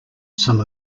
some